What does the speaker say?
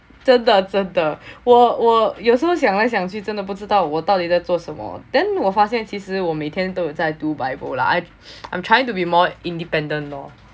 真的真的我我有时候想来想去真的不知道我到底在做什么 then 我发现其实我每天都在读 bible lah I'm trying to be more independent lor